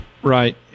Right